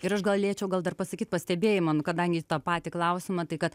ir aš galėčiau gal dar pasakyt pastebėjimą nu kadangi į tą patį klausimą tai kad